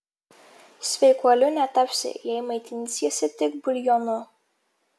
sveikuoliu netapsi jei maitinsiesi tik buljonu